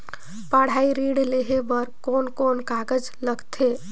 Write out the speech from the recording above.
पढ़ाई ऋण लेहे बार कोन कोन कागज लगथे?